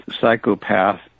psychopath